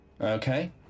Okay